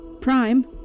Prime